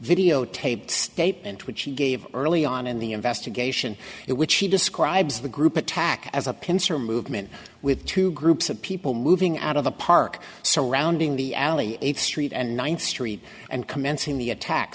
videotaped statement which he gave early on in the investigation it which he describes the group attack as a pincer movement with two groups of people moving out of the park surrounding the alley eighth street and ninth street and commencing the attack